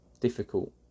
difficult